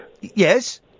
Yes